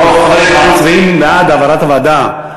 חברים, אנחנו מצביעים בעד העברה לוועדה.